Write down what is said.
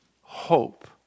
hope